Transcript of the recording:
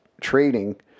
trading